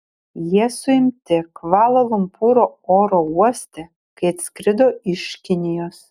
jie suimti kvala lumpūro oro uoste kai atskrido iš kinijos